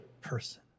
person